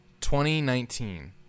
2019